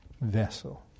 vessel